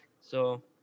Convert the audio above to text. So-